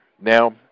now